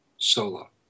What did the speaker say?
solo